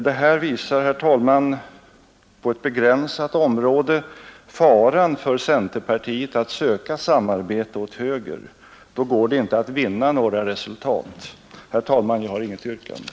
Det visar, herr talman, faran för centerpartiet att söka samarbete åt höger. Då går det inte att vinna några resultat. Herr talman! Jag har inget yrkande,